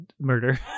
murder